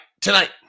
tonight